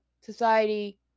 Society